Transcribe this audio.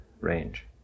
range